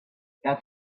that